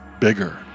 bigger